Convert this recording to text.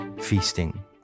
feasting